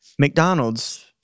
McDonald's